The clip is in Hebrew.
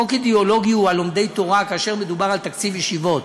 חוק אידיאולוגי הוא על לומדי תורה כאשר מדובר על תקציב ישיבות.